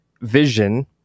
vision